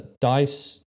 dice